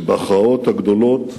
שבהכרעות הגדולות